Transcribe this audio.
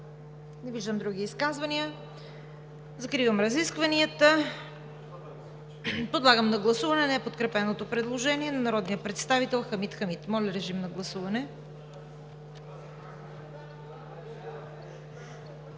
Не виждам други изказвания. Закривам разискванията. Подлагам на гласуване неподкрепеното предложение на народния представител Хамид Хамид. Гласували